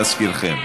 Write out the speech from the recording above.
להזכירכם.